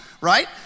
right